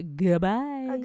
goodbye